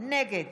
נגד